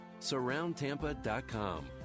surroundtampa.com